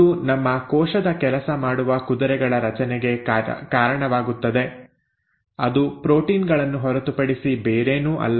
ಇದು ನಮ್ಮ ಕೋಶದ ಕೆಲಸ ಮಾಡುವ ಕುದುರೆಗಳ ರಚನೆಗೆ ಕಾರಣವಾಗುತ್ತದೆ ಅದು ಪ್ರೋಟೀನ್ ಗಳನ್ನು ಹೊರತುಪಡಿಸಿ ಬೇರೇನೂ ಅಲ್ಲ